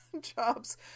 jobs